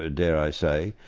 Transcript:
ah dare i say,